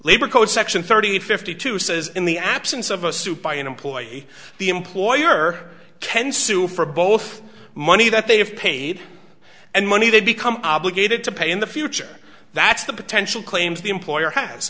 labor code section thirty fifty two says in the absence of a suit by an employee the employer can sue for both money that they have paid and money they become obligated to pay in the future that's the potential claims the employer has